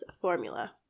formula